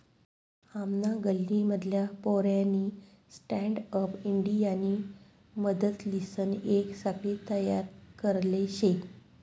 आमना गल्ली मधला पोऱ्यानी स्टँडअप इंडियानी मदतलीसन येक साखळी तयार करले शे